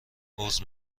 عذر